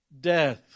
death